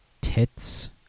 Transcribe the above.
tits